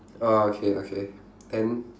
oh okay okay then